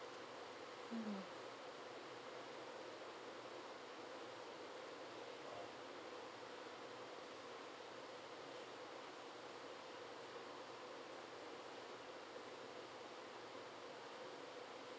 mm